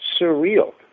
surreal